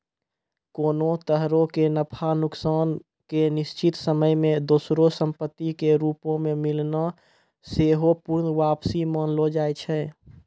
कोनो तरहो के नफा नुकसान के निश्चित समय मे दोसरो संपत्ति के रूपो मे मिलना सेहो पूर्ण वापसी मानलो जाय छै